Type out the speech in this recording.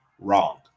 wrong